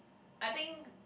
I think